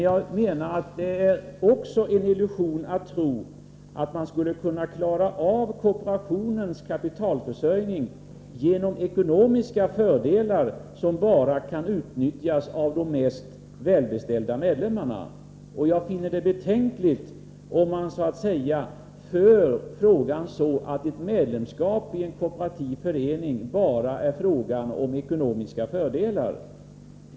Jag menar att det också är en illusion att tro att man skulle kunna klara av kooperationens kapitalförsörjning genom ekonomiska fördelar som bara kan utnyttjas av de mest välbeställda medlemmarna. Jag finner det betänkligt om man så att säga för frågan på det sättet att ett medlemskap i en kooperativ förening bara gäller ekonomiska fördelar.